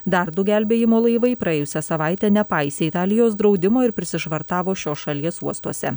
dar du gelbėjimo laivai praėjusią savaitę nepaisė italijos draudimo ir prisišvartavo šios šalies uostuose